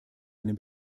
einem